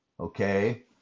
Okay